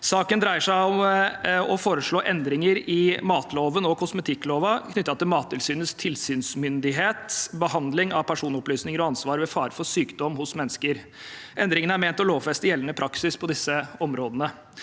om å foreslå endringer i matloven og kosmetikkloven knyttet til Mattilsynets tilsynsmyndighet, behandling av personopplysninger og ansvar ved fare for sykdom hos mennesker. Endringene er ment å lovfeste gjeldende praksis på disse områdene.